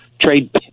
trade